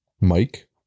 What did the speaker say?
Mike